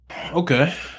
Okay